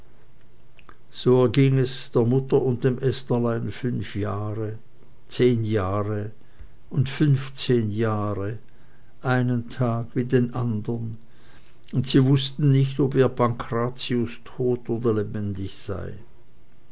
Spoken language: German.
so erging es der mutter und dem estherlein fünf jahre zehn jahre und fünfzehn jahre einen tag wie den andern und sie wußten nicht ob ihr pankrazius tot oder lebendig sei